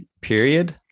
period